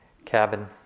cabin